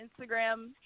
Instagram